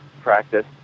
practice